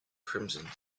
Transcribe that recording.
crimson